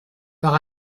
par